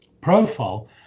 profile